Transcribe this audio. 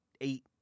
eight